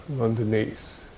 Underneath